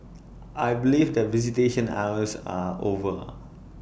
I believe that visitation hours are over